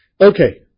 Okay